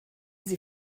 sie